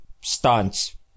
stunts